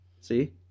See